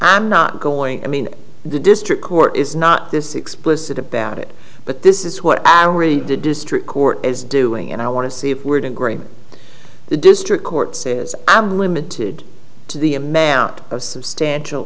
i'm not going i mean the district court is not this explicit about it but this is what i am ready to district court is doing and i want to see if we're going green the district court says i'm limited to the a man out of substantial